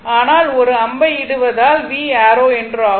ஆனால் ஒரு அம்பை இடுவதால் v என்று ஆகும்